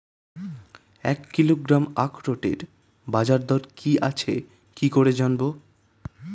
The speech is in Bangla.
এক কিলোগ্রাম আখরোটের বাজারদর কি আছে কি করে জানবো?